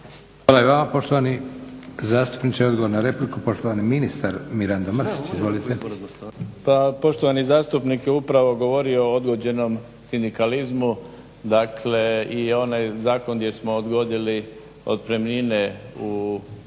Hvala i vama poštovani zastupniče i odgovor na repliku, poštovani ministar Mirando Mrsić, izvolite. **Mrsić, Mirando (SDP)** Poštovani zastupnik je upravo govorio o određenom sindikalizmu, dakle i onaj zakon gdje smo odgodili otpremnine u